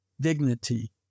dignity